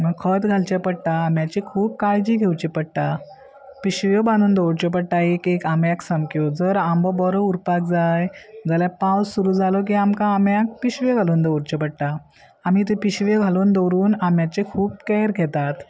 खत घालचे पडटा आम्याची खूब काळजी घेवची पडटा पिशव्यो बांदून दवरच्यो पडटा एक एक आंब्याक सामक्यो जर आंबो बरो उरपाक जाय जाल्या पावस सुरू जालो की आमकां आंब्याक पिशव्यो घालून दवरच्यो पडटा आमी त्यो पिशव्यो घालून दवरून आंब्याचे खूब कॅर घेतात